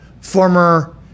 former